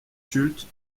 culte